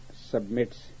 submits